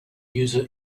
user